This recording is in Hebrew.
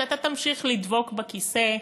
שאתה תמשיך לדבוק בכיסא,